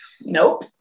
Nope